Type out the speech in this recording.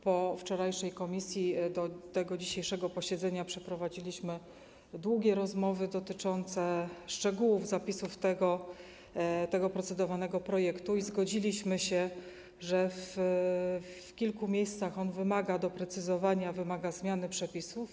Po wczorajszej komisji dotyczącej dzisiejszego posiedzenia przeprowadziliśmy długie rozmowy dotyczące szczegółów zapisów tego procedowanego projektu i zgodziliśmy się, że w kilku miejscach wymaga on doprecyzowania, wymaga zmiany przepisów.